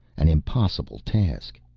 an impossible task.